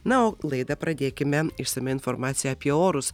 na o laidą pradėkime išsamia informacija apie orus